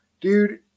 dude